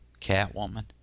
Catwoman